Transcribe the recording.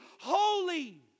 holy